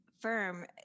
firm